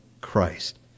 Christ